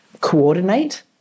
Coordinate